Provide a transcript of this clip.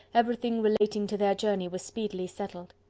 everything relating to their journey was speedily settled.